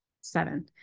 seven